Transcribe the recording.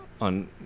on